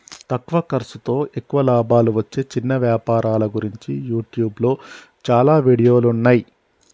తక్కువ ఖర్సుతో ఎక్కువ లాభాలు వచ్చే చిన్న వ్యాపారాల గురించి యూట్యూబ్లో చాలా వీడియోలున్నయ్యి